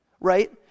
right